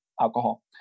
alcohol